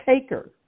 taker